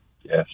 Yes